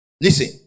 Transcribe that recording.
Listen